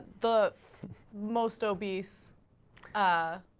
the most obese ah.